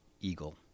eagle